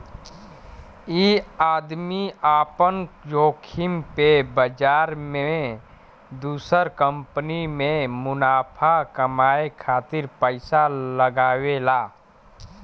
ई आदमी आपन जोखिम पे बाजार मे दुसर कंपनी मे मुनाफा कमाए खातिर पइसा लगावेला